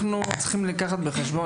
אנחנו צריכים לקחת בחשבון,